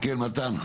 כן, מתן.